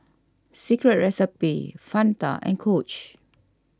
Secret Recipe Fanta and Coach